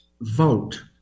vote